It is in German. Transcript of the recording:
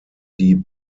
die